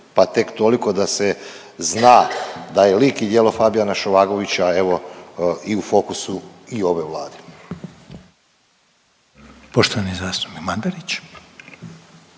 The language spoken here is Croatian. pa tek toliko da se zna da je lik i djelo Fabijana Šovagovića evo i u fokusu i ovoj Vladi.